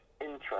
interest